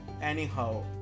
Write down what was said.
anyhow